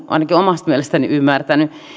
ainakin omasta mielestäni ymmärtänyt